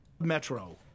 Metro